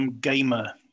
Gamer